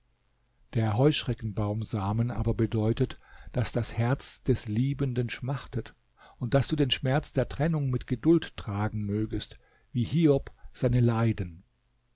der heuschreckenbaumsamen aber bedeutet daß das herz des liebenden schmachtet und daß du den schmerz der trennung mit geduld tragen mögest wie hiob seine leiden